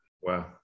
Wow